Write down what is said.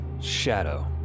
shadow